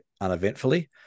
uneventfully